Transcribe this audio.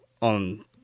on